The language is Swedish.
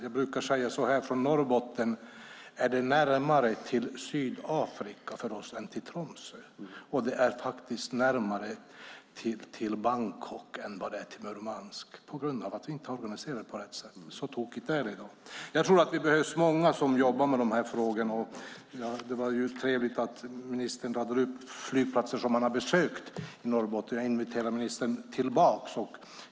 Jag brukar säga att det från Norrbotten är närmare till Sydafrika än till Tromsö och närmare till Bangkok än till Murmansk, på grund av att vi inte har organiserat det på rätt sätt. Så tokigt är det i dag. Jag tror att det behövs många som jobbar med de frågorna. Det var trevligt att ministern räknade upp flygplatser som han har besökt i Norrbotten. Jag inviterar ministern tillbaka.